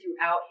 throughout